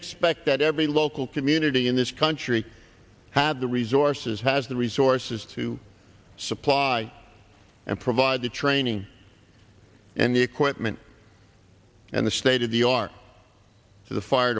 expect that every local community in this country had the resources has the resources to supply and provide the training and the equipment and the state of the art to the fire